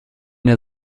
der